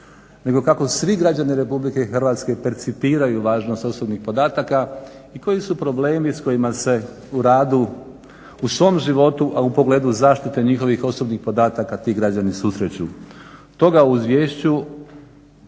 nego kako svi građani RH percipiraju važnost osobnih podataka i koji su problemi s kojima se u radu u svom životu, a u pogledu zaštite njihovih osobnih podataka ti građani susreću. Toga u izvješću